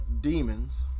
demons